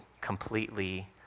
completely